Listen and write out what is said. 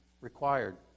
required